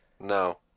No